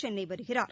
சென்னைவருகிறார்